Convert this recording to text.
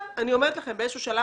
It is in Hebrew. באיזשהו שלב,